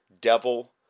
devil